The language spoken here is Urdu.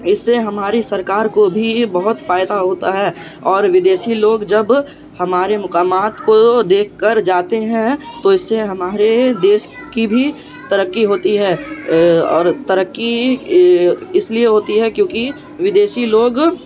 اس سے ہماری سرکار کو بھی بہت فائدہ ہوتا ہے اور ودیشی لوگ جب ہمارے مقامات کو دیکھ کر جاتے ہیں تو اس سے ہمارے دیش کی بھی ترقی ہوتی ہے اور ترقی اس لیے ہوتی ہے کیوںکہ ودیشی لوگ